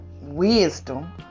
wisdom